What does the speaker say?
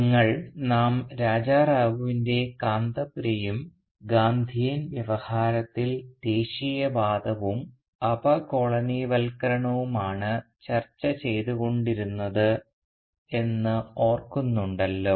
നിങ്ങൾ നാം രാജാ റാവുവിൻറെ കാന്തപുരയും ഗാന്ധിയൻ വ്യവഹാരത്തിൽ ദേശീയവാദവും അപകോളനിവൽക്കരണവുമാണ് ചർച്ച ചെയ്തു കൊണ്ടിരുന്നത് എന്ന് ഓർക്കുന്നുണ്ടല്ലോ